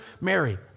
Mary